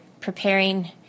preparing